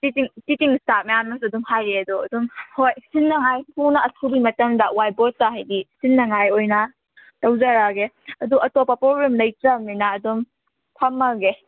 teaching teaching staff ꯃꯌꯥꯝꯅꯁꯨ ꯑꯗꯨꯝ ꯍꯥꯏꯔꯛꯑꯦ ꯑꯗꯣ ꯑꯗꯨꯝ ꯍꯣꯏ ꯁꯤꯟꯅꯉꯥꯏ ꯊꯨꯅ ꯑꯊꯨꯕꯤ ꯃꯇꯝꯗ ꯋꯥꯏꯠ ꯕꯣꯔꯠꯇ ꯍꯥꯏꯗꯤ ꯁꯤꯟꯅꯉꯥꯏ ꯑꯣꯏꯅ ꯇꯧꯖꯔꯛꯑꯒꯦ ꯑꯗꯨ ꯑꯇꯣꯞꯄ ꯄ꯭ꯔꯣꯕ꯭ꯂꯦꯝ ꯂꯩꯇ꯭ꯔꯃꯤꯅ ꯑꯗꯨꯝ ꯊꯝꯃꯒꯦ